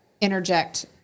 interject